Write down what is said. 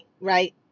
right